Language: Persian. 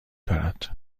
دارد